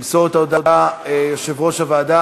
ימסור את ההודעה יושב-ראש הוועדה.